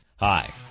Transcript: Hi